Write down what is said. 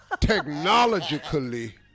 technologically